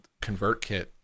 ConvertKit